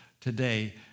today